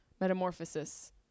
metamorphosis